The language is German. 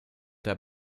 der